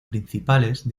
principales